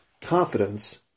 confidence